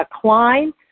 Klein